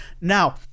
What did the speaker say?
Now